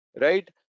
right